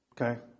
Okay